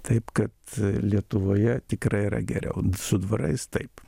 taip kad lietuvoje tikrai yra geriau su dvarais taip